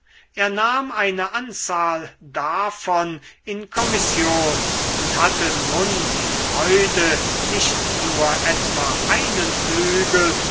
er nahm eine anzahl davon in kommission und hatte nun die freude nicht nur etwa einen flügel